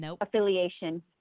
affiliation